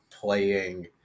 playing